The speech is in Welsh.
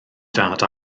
dad